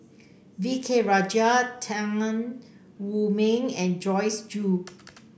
V K Rajah Tan Wu Meng and Joyce Jue